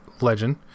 legend